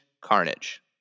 Carnage